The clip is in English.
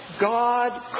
God